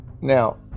Now